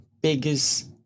biggest